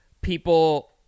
people